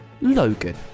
Logan